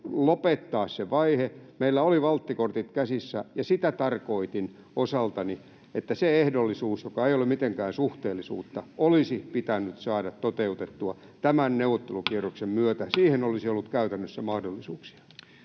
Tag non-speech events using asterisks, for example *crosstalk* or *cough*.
lopettaa se vaihe. Meillä oli valttikortit käsissämme, ja sitä tarkoitin osaltani, että se ehdollisuus, joka ei ole mitenkään suhteellisuutta, olisi pitänyt saada toteutettua tämän neuvottelukierroksen *noise* myötä. Siihen olisi ollut käytännössä mahdollisuuksia.